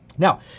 Now